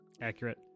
Accurate